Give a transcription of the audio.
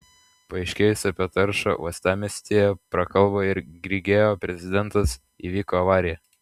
paaiškėjus apie taršą uostamiestyje prakalbo ir grigeo prezidentas įvyko avarija